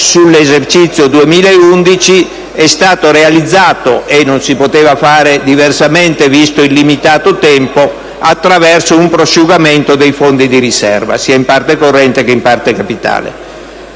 l'esercizio 2011 è stato realizzato - e non si poteva fare diversamente, visto il tempo limitato - attraverso un prosciugamento dei fondi di riserva, sia in parte corrente che in parte capitale.